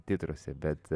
titruose bet